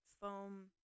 foam